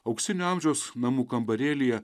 auksinio amžiaus namų kambarėlyje